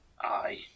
Aye